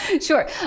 Sure